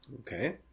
Okay